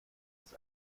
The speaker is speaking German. ist